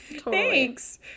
Thanks